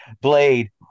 Blade